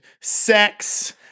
sex